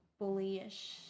bullyish